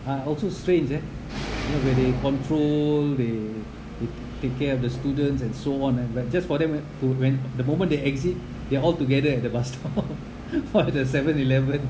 are also strange eh you know where they control they take care of the students and so on and like just for them to when the moment they exit they're all together at the bus stop or the seven eleven